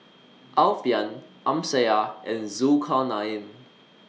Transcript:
Alfian Amsyar and Zulkarnain